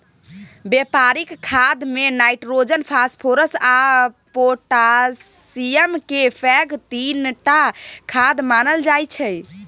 बेपारिक खादमे nitrogen, phosphorus आ पोटाशियमकेँ पैघ तीनटा खाद मानल जाइ छै